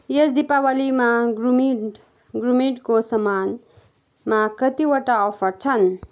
यस दीपावलीमा grooming ग्रुमिङको सामानमा कतिवटा offer छन्